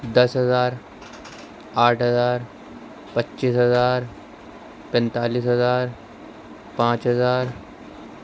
دس ہزار آٹھ ہزار پچیس ہزار پینتالیس ہزار پانچ ہزار